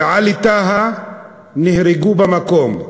ועלי טהא נהרגו במקום.